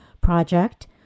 project